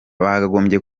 bagombye